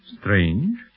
Strange